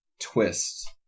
twist